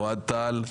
אוהד טל,